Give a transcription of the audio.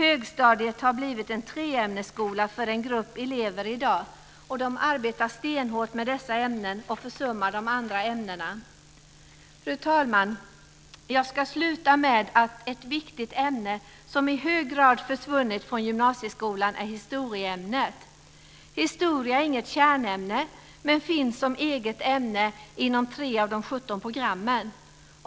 Högstadiet har blivit en "treämnesskola" för en grupp elever i dag. De arbetar stenhårt med dessa tre ämnen och försummar de andra ämnena. Fru talman! Jag ska sluta med ett viktigt ämne som i hög grad försvunnit från gymnasieskolan: historieämnet. Historia är inget kärnämne men finns som eget ämne inom 3 av de 17 programmen.